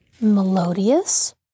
Melodious